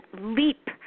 leap